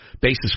basis